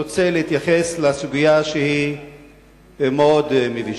אני רוצה להתייחס לסוגיה שהיא מאוד מבישה.